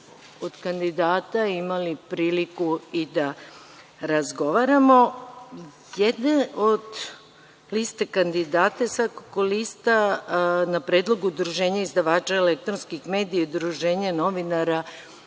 od kandidata imali priliku i da razgovaramo. Jedna od lista kandidata je svakako lista na predlog udruženja izdavača elektronskih medija i udruženja novinara